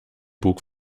bug